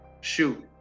shoot